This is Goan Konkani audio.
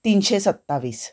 तिनशें सत्तावीस